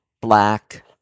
black